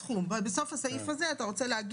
בסוף הסעיף הזה אתה רוצה להגיד